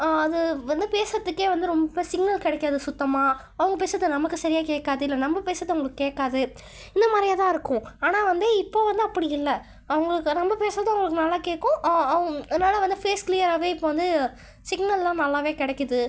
அது வந்து பேசுகிறதுக்கே வந்து ரொம்ப சிக்னல் கிடைக்காது சுத்தமாக அவங்க பேசுகிறது நமக்கு சரியாக கேட்காது இல்லை நம்ம பேசுகிறது அவங்களுக்கு கேட்காது இந்த மாதிரியே தான் இருக்கும் ஆனால் வந்து இப்போது வந்து அப்படி இல்லை அவங்களுக்கு நம்ம பேசுகிறது அவங்களுக்கு நல்லா கேட்கும் நல்லா வந்து ஃபேஸ் க்ளியராகவே இப்போ வந்து சிக்னல்லாம் நல்லாவே கிடைக்கிது